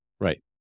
Right